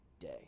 day